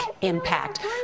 impact